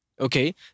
Okay